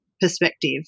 perspective